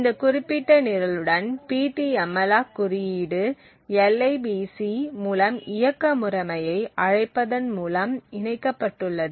இந்த குறிப்பிட்ட நிரலுடன் ptmalloc குறியீடு libc மூலம் இயக்க முறைமையை அழைப்பதன் மூலம் இணைக்கப்பட்டுள்ளது